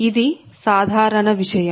ఇది సాధారణ విషయం